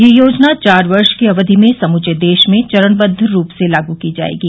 यह योजना चार वर्ष की अवधि में समूचे देश में चरणबद्द रूप से लागू की जायेगी